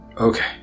Okay